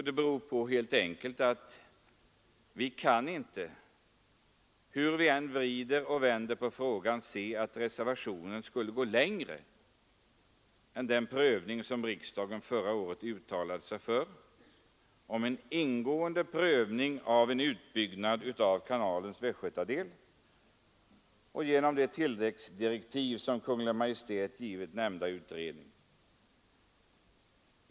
Det beror helt enkelt på att vi inte, hur vi än vrider och vänder på frågan, kan se att reservationen går längre än till den ingående prövning som riksdagen förra året uttalade sig för. De tilläggsdirektiv som Kungl. Maj:t givit nämnda utredning omfattar en ingående prövning av Göta kanals västgötadel.